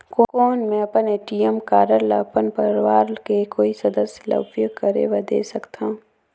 कौन मैं अपन ए.टी.एम कारड ल अपन परवार के कोई सदस्य ल उपयोग करे बर दे सकथव?